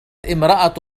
امرأة